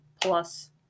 Plus